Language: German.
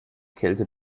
kälte